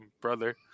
brother